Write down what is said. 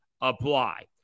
apply